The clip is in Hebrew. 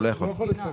אחרת.